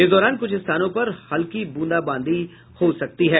इस दौरान कुछ स्थानो पर हल्की ब्रंदा बांदी हो सकती है